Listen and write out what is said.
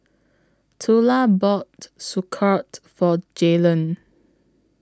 Tula bought Sauerkraut For Jaylan